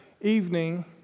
evening